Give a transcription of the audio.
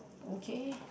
okay